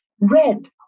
red